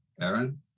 Aaron